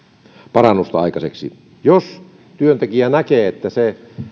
parannusta aikaiseksi jos työntekijä näkee että